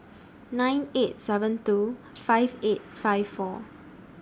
nine five seven two five eight five four